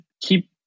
keep